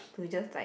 to just like